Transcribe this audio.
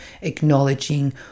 acknowledging